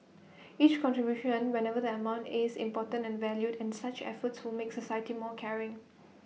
each contribution whatever the amount is important and valued and such efforts will make society more caring